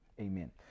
amen